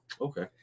okay